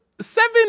seven